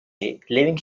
leaving